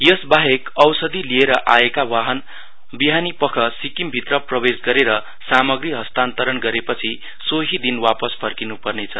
यसबाहेक औषधि लिएर आएका वाहन विहानी पख सिक्किम भित्र प्रवेश गरेर सामग्री हस्तान्तरण गरेपछि सोहि दिन वापस फर्किन् पर्नेछ